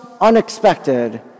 unexpected